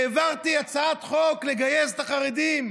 העברתי הצעת חוק לגייס את החרדים.